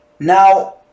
Now